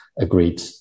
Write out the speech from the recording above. Agreed